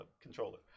controller